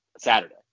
saturday